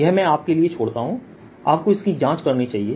यह मैं आपके लिए छोड़ता हूं आपको इसकी जांच करनी चाहिए